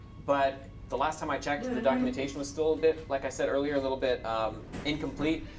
but the last time i checked, the documentation was still a bit, like i said earlier, a little bit um incomplete.